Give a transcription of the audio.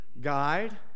guide